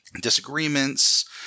disagreements